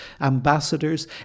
ambassadors